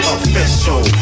Official